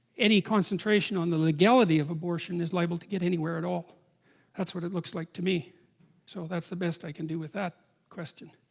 any concentration on the legality of abortion is liable to get anywhere at all that's what it looks like to me so that's the best i can do that that question